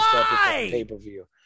pay-per-view